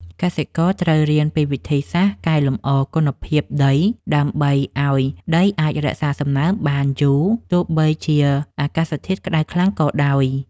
កសិករត្រូវរៀនពីវិធីសាស្ត្រកែលម្អគុណភាពដីដើម្បីឱ្យដីអាចរក្សាសំណើមបានយូរ ទោះបីជាអាកាសធាតុក្តៅខ្លាំងក៏ដោយ។